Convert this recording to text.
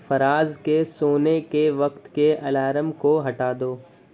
فراز کے سونے کے وقت کے الارم کو ہٹا دو